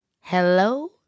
Hello